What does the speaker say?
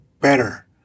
better